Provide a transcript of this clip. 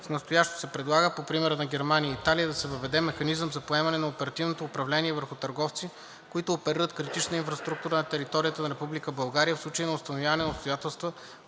настоящото се предлага, по примера на Германия и Италия, да се въведе механизъм за поемане на оперативното управление върху търговци, които оперират критична инфраструктура на територията на Република България, в случай на установяване на обстоятелства,